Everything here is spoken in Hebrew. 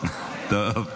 זה לא אתה.